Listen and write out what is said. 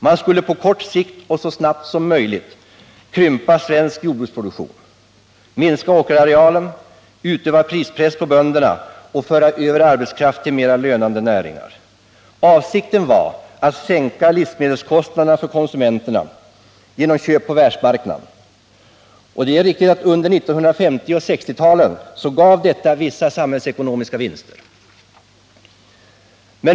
Man skulle på kort sikt och så snart som möjligt krympa svensk jordbruksproduktion, minska åkerarealen, utöva prispress på bönderna och föra över arbetskraft till mera lönande näringar. Avsikten var att sänka livsmedelskostnaderna för konsumenterna genom köp på världsmarknaden. Under 1950 och 1960-talet gav detta också vissa samhällsekonomiska vinster.